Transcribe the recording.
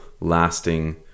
lasting